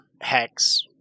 hex